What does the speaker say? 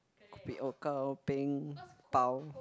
kopi O gao peng bao